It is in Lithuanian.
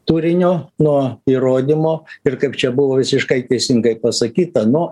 turinio nuo įrodymo ir kaip čia buvo visiškai teisingai pasakyta nuo